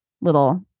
little